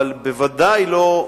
אבל בוודאי לא,